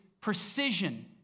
precision